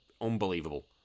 unbelievable